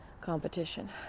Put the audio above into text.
competition